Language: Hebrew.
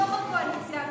מתוך הקואליציה,